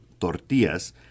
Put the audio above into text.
tortillas